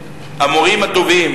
שהמורים הטובים,